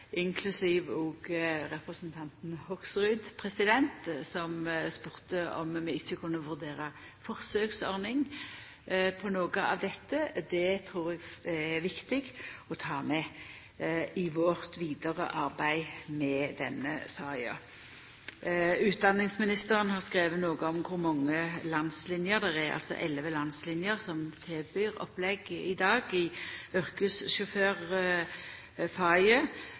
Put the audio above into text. inklusiv representanten Hoksrud, som spurde om vi ikkje kunne vurdera ei forsøksordning på noko av dette. Det trur eg er viktig å ta med i vårt vidare arbeid med denne saka. Utdanningsministeren har skrive noko om kor mange landsliner det er. Det er altså 11 landsliner som i dag tilbyr opplæring i